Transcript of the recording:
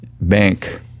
bank –